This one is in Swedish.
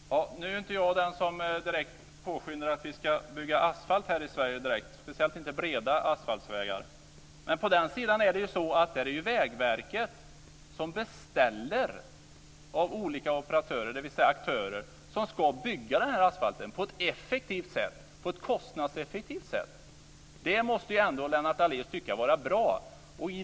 Fru talman! Jag är inte den som direkt påskyndar ett byggande av asfalt i Sverige, speciellt inte breda asfaltvägar. Men det är Vägverket som beställer av olika operatörer, dvs. aktörer, som bygger asfalten på ett kostnadseffektivt sätt. Det måste Lennart Daléus tycka vara bra.